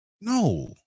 no